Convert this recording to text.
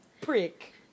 prick